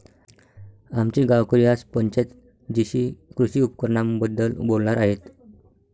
आमचे गावकरी आज पंचायत जीशी कृषी उपकरणांबद्दल बोलणार आहेत